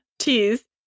cheese